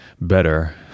better